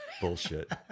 Bullshit